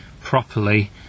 properly